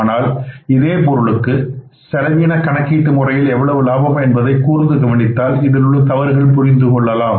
ஆனால் இதே பொருளுக்கு செலவின கணக்கீட்டு முறையில் எவ்வளவு லாபம் என்பதை கூர்ந்து கவனித்தால் இதில் உள்ள தவறுகளை புரிந்து கொள்ளலாம்